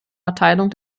erteilung